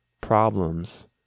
problems